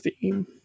theme